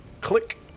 click